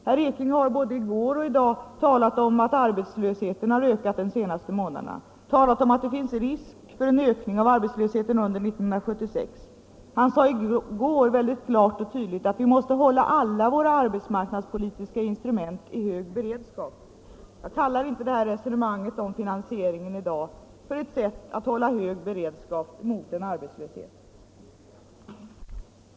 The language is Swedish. Herr Ekinge har både i går och i dag talat om att arbetslösheten har ökat under den senaste månaden och att det finns risk för en ökning av arbetslösheten under 1976. Han sade i går klart och tydligt att vi måste hålla alla våra arbetsmarknadspolitiska instrument i hög beredskap. Jag kallar inte det här resonemanget i dag om finansieringen för ett sätt att hålla hög beredskap mot en arbetslöshet.